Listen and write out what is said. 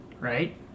right